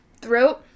throat